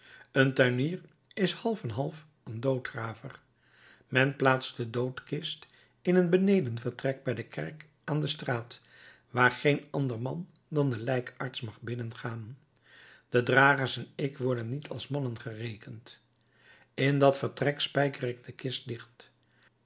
een tuinier is half en half een doodgraver men plaatst de doodkist in een beneden vertrek bij de kerk aan de straat waar geen ander man dan de lijkarts mag binnengaan de dragers en ik worden niet als mannen gerekend in dat vertrek spijker ik de kist dicht